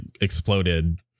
exploded